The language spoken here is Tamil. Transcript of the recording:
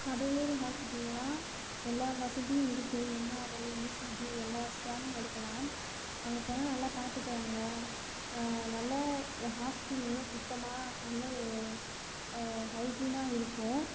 கடலூர் ஹாஸ்பிட்டல்லலாம் எல்லா வசதியும் இருக்குது எம்ஆர்ஐ ஈசிஜி எல்லா ஸ்கேனும் எடுக்கலாம் அங்கே போனால் நல்லா பார்த்துக்குறாங்க நல்லா ஹாஸ்பிட்டல் நல்லா சுத்தமாக நல்ல ஒரு ஹைஜீனாக இருக்கும்